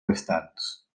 restants